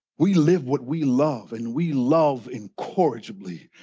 we live what we love and we love incorrigibly,